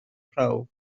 prawf